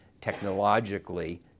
technologically